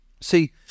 See